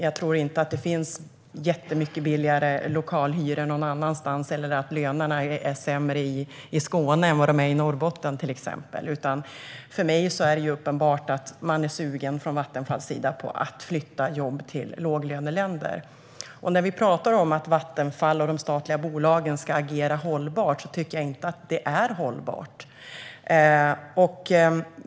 Jag tror inte att det finns jättemycket billigare lokalhyror någon annanstans eller att lönerna är lägre i Skåne än i Norrbotten, till exempel, utan för mig är det uppenbart att man från Vattenfalls sida är sugen på att flytta jobb till låglöneländer. Vi talar om att Vattenfall och de statliga bolagen ska agera hållbart, och jag tycker inte att detta är hållbart.